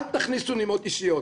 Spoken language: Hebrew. אל תכניסו נימות אישיות,